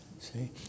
See